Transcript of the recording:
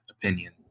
opinion